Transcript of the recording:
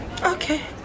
Okay